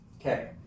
okay